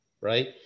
right